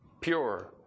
pure